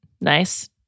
nice